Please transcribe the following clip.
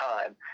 time